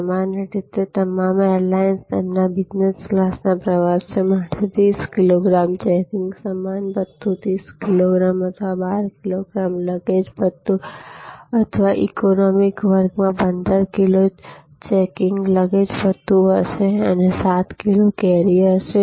સામાન્ય રીતે તમામ એરલાઇન્સ તેમના બિઝનેસ ક્લાસના પ્રવાસીઓ માટે 30 કિલોગ્રામ ચેકિંગ સામાન ભથ્થું 10 કિલો અથવા 12 કિલો હાથ લગેજ ભથ્થું આપશે જ્યારે ઇકોનોમિક વર્ગમાં 15 કિલો ચેકિંગ લગેજ ભથ્થું હશે અને 7 કિલો કેરી હશે